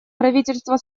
правительство